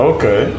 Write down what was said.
Okay